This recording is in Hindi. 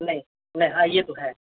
नहीं नहीं हाँ यह तो है